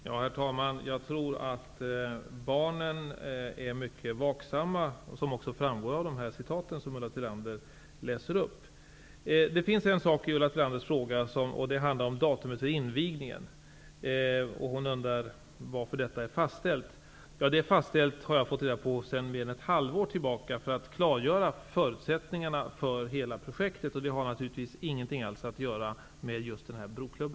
Herr talman! Jag tror att barnen är mycket vaksamma, vilket även framgår av de citat som Ulla I sin fråga undrade Ulla Tillander varför datum för invigningen är fastställt. Det är fastställt sedan ett halvår tillbaka för att klargöra förutsättningarna för hela projektet. Det har naturligtvis ingenting att göra med just denna broklubb.